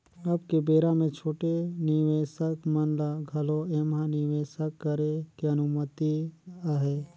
अब के बेरा मे छोटे निवेसक मन ल घलो ऐम्हा निवेसक करे के अनुमति अहे